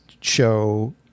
show